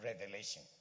revelation